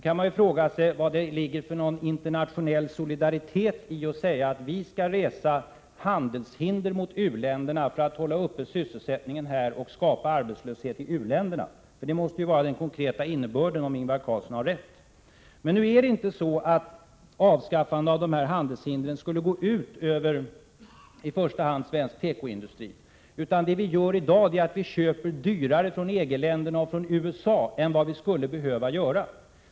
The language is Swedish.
Man kan fråga sig vad det ligger för internationell solidaritet i att säga att vi skall resa handelshinder mot u-länderna för att upprätthålla sysselsättningen här hemma och skapa arbetslöshet i u-länderna, för det måste ju vara den konkreta innebörden av ett sådant uttalande, om Ingvar Carlsson har rätt. Men det är inte så, att ett avskaffande av dessa handelshinder skulle gå ut över i första hand svensk tekoindustri. Det vi gör i dag är att vi köper dyrare från EG-länderna och från USA än vad vi skulle behöva göra.